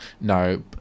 No